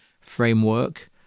framework